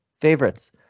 favorites